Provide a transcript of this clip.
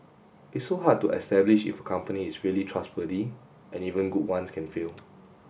it's so hard to establish if company is really trustworthy and even good ones can fail